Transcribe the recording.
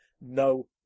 no